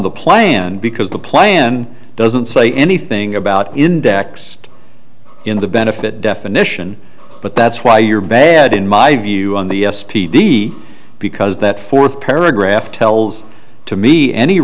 the plan because the plan doesn't say anything about indexed in the benefit definition but that's why you're bad in my view on the s p d because that fourth paragraph tells to me any